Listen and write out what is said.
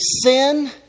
sin